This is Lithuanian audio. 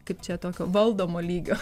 kaip čia tokio valdomo lygio